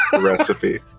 recipe